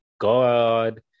God